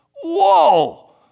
Whoa